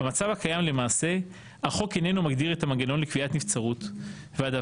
במצב הקיים למעשה החוק איננו מגדיר את המנגנון לקביעת נבצרות והדבר,